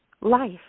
life